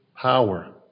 Power